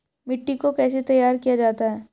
मिट्टी को कैसे तैयार किया जाता है?